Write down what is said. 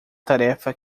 tarefa